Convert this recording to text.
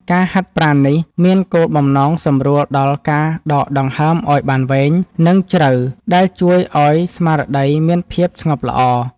ការហាត់ប្រាណនេះមានគោលបំណងសម្រួលដល់ការដកដង្ហើមឱ្យបានវែង និងជ្រៅ ដែលជួយឱ្យស្មារតីមានភាពស្ងប់ល្អ។